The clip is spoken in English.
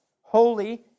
holy